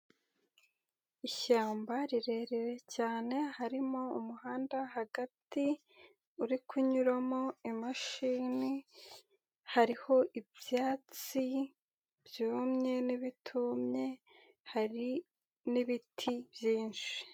Ishyamba rirerire cyane harimo umuhanda hagati ,uri kunyuramo imashini hariho ibyatsi byumye nibitumye hari n'ibiti byinshi.